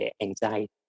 anxiety